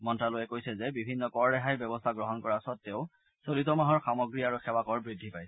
মন্ত্যালয়ে কৈছে যে বিভিন্ন কৰ ৰেহাইৰ ব্যৱস্থা গ্ৰহণ কৰাৰ স্বতেও চলিত মাহৰ সামগ্ৰী আৰু সেৱা কৰ বৃদ্ধি পাইছে